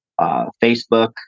Facebook